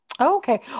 Okay